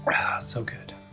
so good.